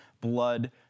blood